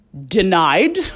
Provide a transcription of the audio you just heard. Denied